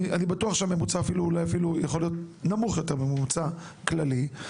אני בטוח שהממוצע אפילו יכול להיות אולי נמוך יותר בממוצע כללי,